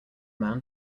man